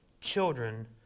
children